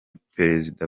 perezida